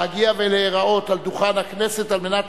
ולהגיע ולהיראות על דוכן הכנסת על מנת